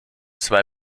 zwei